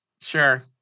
Sure